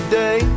day